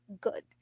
good